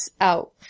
out